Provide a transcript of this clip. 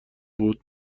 بود